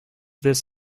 this